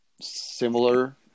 similar